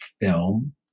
film